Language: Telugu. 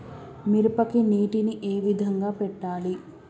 మిరపకి నీటిని ఏ విధంగా పెట్టాలి?